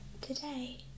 Today